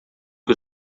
que